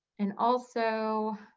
and also,